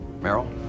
Merrill